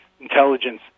intelligence